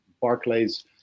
Barclays